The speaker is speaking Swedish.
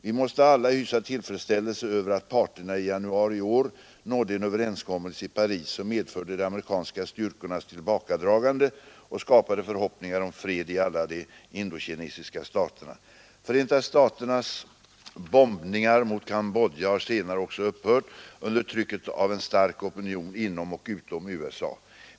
Vi måste alla hysa tillfredsställelse över att parterna i januari i år nådde en överenskommelse i Paris, som medförde de amerikanska styrkornas tillbakadragande och skapade förhoppningar om fred i alla de indokinesiska staterna. Förenta staternas bombningar mot Cambodja har senare också upphört under trycket av en stark opinion inom och utom USA.